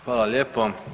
Hvala lijepo.